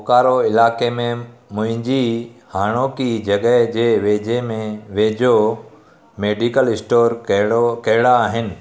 बोकारो इलाइक़े में मुंहिंजी हाणोकी जॻहि जे वेझे में वेझो मेडिकल स्टोर कहिड़ो कहिड़ा आहिनि